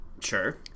Sure